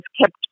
kept